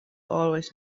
always